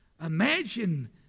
Imagine